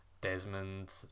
Desmond